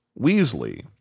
Weasley